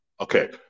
Okay